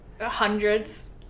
hundreds